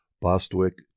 Bostwick